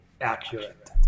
accurate